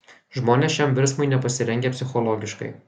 žmonės šiam virsmui nepasirengę psichologiškai